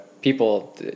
People